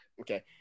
Okay